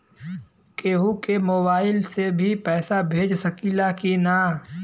केहू के मोवाईल से भी पैसा भेज सकीला की ना?